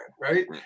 right